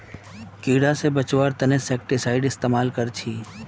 कीड़ा से बचावार तने इंसेक्टिसाइड इस्तेमाल कर छी